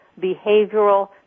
behavioral